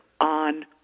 on